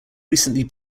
recently